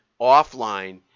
offline